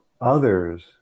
others